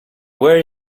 where